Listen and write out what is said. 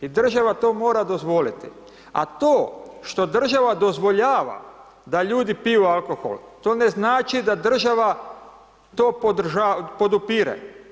I država to mora dozvoliti a to što država dozvoljava da ljudi piju alkohol, to ne znači da država to podupire.